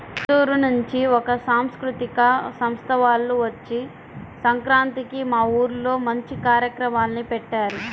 గుంటూరు నుంచి ఒక సాంస్కృతిక సంస్థ వాల్లు వచ్చి సంక్రాంతికి మా ఊర్లో మంచి కార్యక్రమాల్ని పెట్టారు